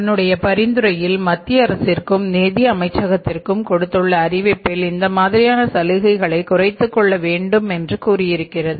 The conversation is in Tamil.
தன்னுடைய பரிந்துரையில் மத்திய அரசிற்கும் நிதி அமைச்சகத்திற்கும் கொடுத்துள்ள அறிவிப்பில் இந்த மாதிரியான சலுகைகளை குறைத்து கொள்ள வேண்டும் என்று கூறியிருக்கிறது